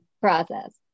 process